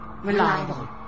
reliable